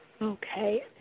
Okay